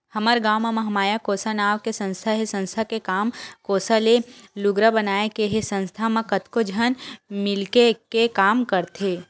हमर गाँव म महामाया कोसा नांव के संस्था हे संस्था के काम कोसा ले लुगरा बनाए के हे संस्था म कतको झन मिलके के काम करथे